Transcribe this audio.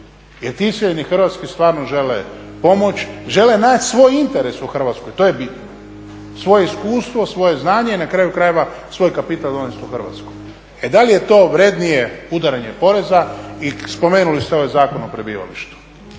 Jer ti iseljeni iz Hrvatske stvarno žele pomoći, žele naći svoj interes u Hrvatskoj to je bitno, svoje iskustvo, svoje znanje i na kraju krajeva svoj kapital donest u Hrvatsku. E da li je to vrednije udaranje poreza i spomenuli ste ovaj Zakon o prebivalištu.